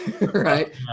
right